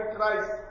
Christ